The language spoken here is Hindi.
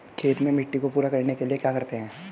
खेत में मिट्टी को पूरा करने के लिए क्या करते हैं?